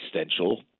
existential